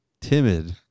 timid